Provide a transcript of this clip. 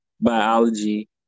biology